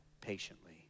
patiently